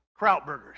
Krautburgers